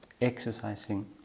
exercising